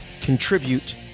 contribute